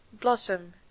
Blossom